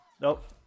Nope